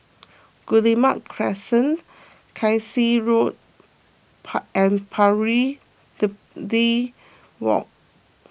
Guillemard Crescent Kasai Road and Pari Walk